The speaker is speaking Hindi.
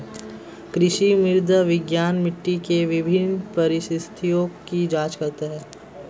कृषि मृदा विज्ञान मिट्टी के विभिन्न परिस्थितियों की जांच करता है